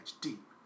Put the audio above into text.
deep